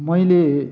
मैले